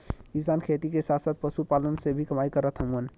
किसान खेती के साथ साथ पशुपालन से भी कमाई करत हउवन